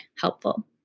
helpful